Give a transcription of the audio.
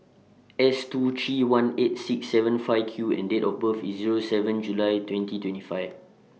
S two three one eight six seven five Q and Date of birth IS Zero seven July twenty twenty five